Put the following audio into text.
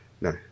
No